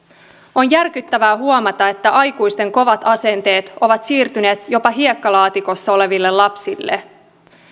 on järkyttävää huomata että aikuisten kovat asenteet ovat siirtyneet jopa hiekkalaatikolla oleville lapsille